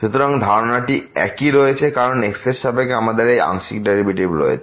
সুতরাং ধারণাটি একই রয়েছে কারণ x এর সাপেক্ষে আমাদের এই আংশিক ডেরিভেটিভ রয়েছে